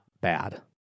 bad